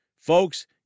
Folks